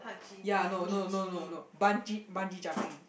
ya no no no no no bungee bungee jumping